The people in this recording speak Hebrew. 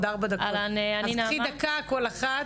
הדיון הבא מתחיל בעוד ארבע דקות.